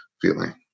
feeling